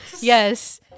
yes